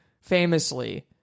famously